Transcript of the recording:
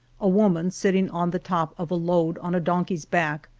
a woman sitting on the top of a load on a donkey's back,